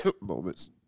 moments